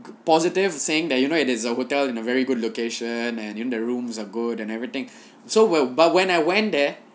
positive saying that you know it is a hotel in a very good location and you know the rooms are good and everything so well but when I went there